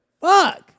Fuck